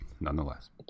nonetheless